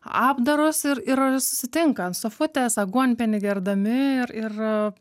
apdarus ir ir susitinka ant sofutės aguonpienį gerdami ir ir